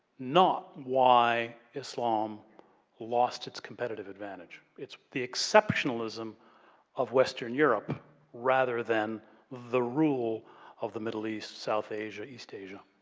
not why islam lost it's competitive advantage. it's the exceptionalism of western europe rather than the rule of the middle east, south asia, east asia.